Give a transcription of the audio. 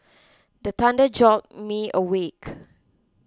the thunder jolt me awake